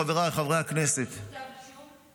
חבריי חברי הכנסת -- הגישו כתבי אישום?